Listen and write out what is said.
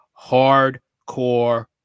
hardcore